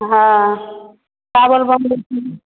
हँ